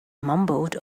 mumbled